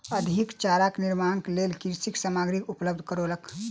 अधिक चारा निर्माणक लेल कृषक सामग्री उपलब्ध करौलक